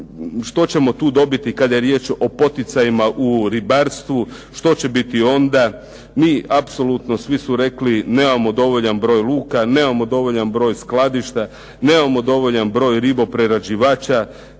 što ćemo time dobiti kada je riječ o poticajima u ribarstvu, što će biti onda. MI smo apsolutno smo rekli nemamo dovoljan broj luka, nemamo dovoljan broj skladišta, nemamo dovoljan broj ribo prerađivača